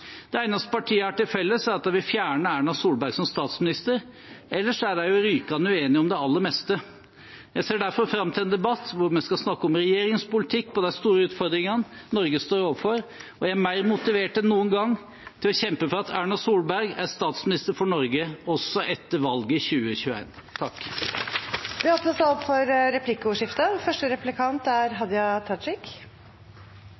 Det eneste partiene har til felles, er at de vil fjerne Erna Solberg som statsminister. Ellers er de rykende uenig om det aller meste. Jeg ser derfor fram til en debatt hvor vi skal snakke om regjeringens politikk på de store utfordringene Norge står overfor. Og jeg er mer motivert enn noen gang til å kjempe for at Erna Solberg er statsminister for Norge også etter valget i 2021. Det blir replikkordskifte.